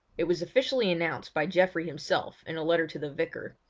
it was officially announced by geoffrey himself in a letter to the vicar,